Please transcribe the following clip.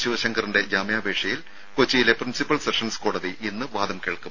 ശിവശങ്കറിന്റെ ജാമ്യാപേക്ഷയിൽ കൊച്ചിയിലെ principal sessions കോടതി ഇന്ന് വാദം കേൾക്കും